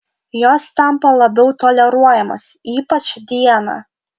jos tampa labiau toleruojamos ypač dieną